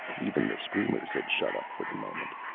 even the screamers had shut up for the moment.